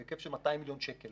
בהיקף של 200 מיליון שקל